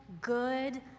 good